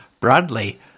Bradley